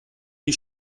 die